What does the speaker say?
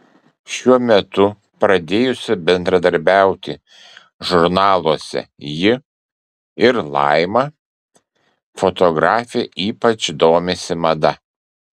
šiuo metu pradėjusi bendradarbiauti žurnaluose ji ir laima fotografė ypač domisi mada